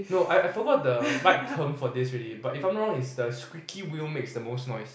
no I I forgot the right term for this already but if I'm not wrong is the squeaky wheel makes the most noise